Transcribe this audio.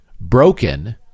broken